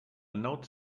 note